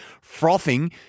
frothing